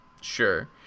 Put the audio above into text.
Sure